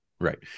Right